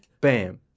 bam